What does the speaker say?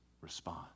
respond